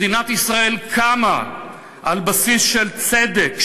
מדינת ישראל קמה על בסיס של צדק,